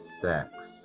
sex